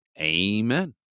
Amen